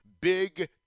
Big